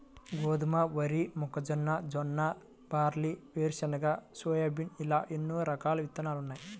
గోధుమ, వరి, మొక్కజొన్న, జొన్న, బార్లీ, వేరుశెనగ, సోయాబీన్ ఇలా ఎన్నో రకాల విత్తనాలున్నాయి